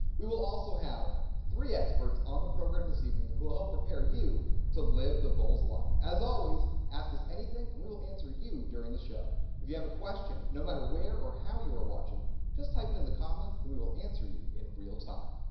we will also have three experts on the program this evening who will help prepare you to live the bulls' life. as always ask us anything and we will answer you during the show if you have a question no matter where or how you are watching just type it in the comments and we will answer you in real time.